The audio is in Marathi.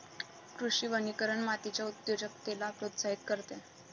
कृषी वनीकरण मातीच्या उत्पादकतेला प्रोत्साहित करते